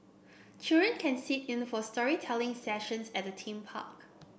children can sit in for storytelling sessions at the theme park